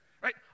right